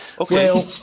Okay